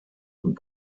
und